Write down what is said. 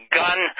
gun